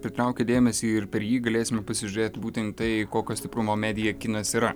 pritraukia dėmesį ir per jį galėsime pasižiūrėt būtent tai kokio stiprumo media kinas yra